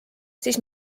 siis